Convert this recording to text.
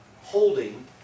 holding